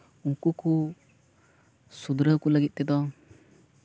ᱩᱱᱠᱩ ᱠᱚ ᱥᱩᱫᱽᱫᱷᱟᱹᱣ ᱠᱚ ᱞᱟᱹᱜᱤᱫ ᱛᱮᱫᱚ